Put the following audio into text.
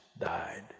died